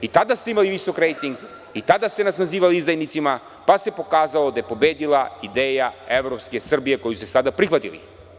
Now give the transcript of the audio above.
I tada ste imali visok rejting i tada ste nas nazivali izdajnicima, pa se pokazalo da je pobedila ideja evropske Srbije, koju ste sada prihvatili.